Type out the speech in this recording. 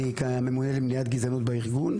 אני הממונה למניעת גזענות בארגון.